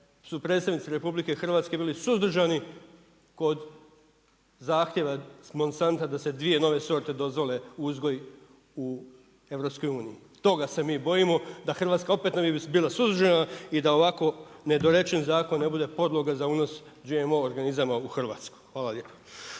su predstavnici RH, bili suzdržani kod zahtjeva Monsanta da se 2 nove sorte dozvole uzgoj u EU. Toga se mi bojimo, da Hrvatska opet ne bi bila suzdržana i da ovako nedorečen zakon ne bude podloga za unos GMO organizama u Hrvatskoj. Hvala lijepa.